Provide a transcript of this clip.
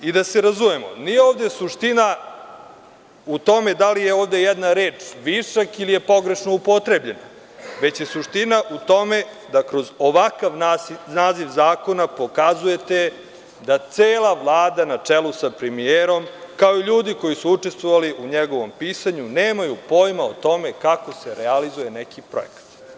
Da se razumemo, nije ovde suština u tome da li je jedna reč višak ili je pogrešno upotrebljena, već je suština u tome da kroz ovakav naziv zakona pokazujete da cela Vlada na čelu sa premijerom, kao i ljudi koji su učestvovali u njegovom pisanju nemaju pojma o tome kako se realizuje neki projekat.